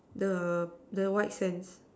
the the whitesands